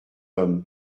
homme